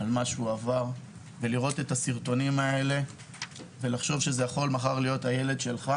כשרואים את הסרטונים האלה אתה חושב שמחר זה יכול להיות הילד שלך.